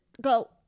go